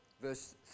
verse